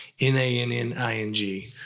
N-A-N-N-I-N-G